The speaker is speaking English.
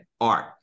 art